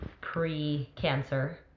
pre-cancer